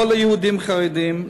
לא ליהודים חרדים,